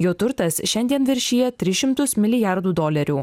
jo turtas šiandien viršija tris šimtus milijardų dolerių